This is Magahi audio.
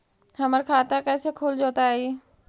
हमर खाता कैसे खुल जोताई?